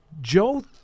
Joe